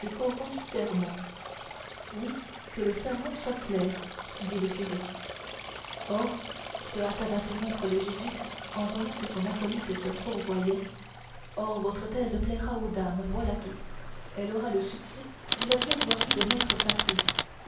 oui que le sermon soit clair dit le curé or se hâta d'interrompre le jésuite en voyant que son acolyte se fourvoyait or votre thèse plaira aux dames voilà tout elle aura le succès d'une plaidoirie de maître